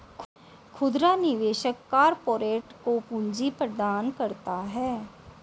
खुदरा निवेशक कारपोरेट को पूंजी प्रदान करता है